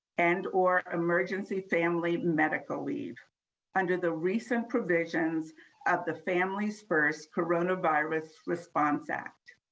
and or emergency family medical leave under the recent provisions of the families first coronavirus response act.